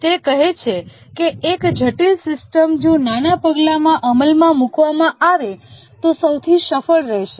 તે કહે છે કે એક જટિલ સિસ્ટમ જો નાના પગલામાં અમલમાં મૂકવામાં આવે તો સૌથી સફળ રહેશે